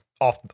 off